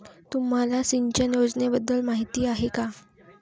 तुम्हाला सिंचन योजनेबद्दल माहिती आहे का?